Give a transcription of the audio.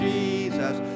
Jesus